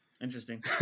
interesting